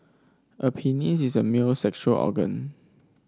a penis is a male's sexual organ